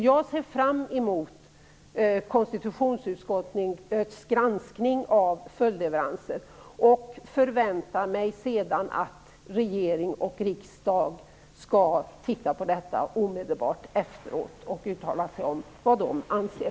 Jag ser fram emot konstitutionsutskottets granskning av följdleveranser och förväntar mig sedan att regering och riksdag skall titta närmare på det omedelbart efteråt och uttala sig om vad man anser.